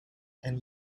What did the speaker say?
and